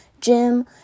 gym